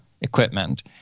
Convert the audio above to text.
equipment